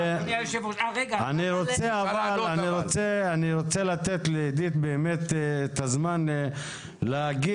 אני רוצה לתת לאידית באמת את הזמן להגיב,